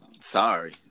Sorry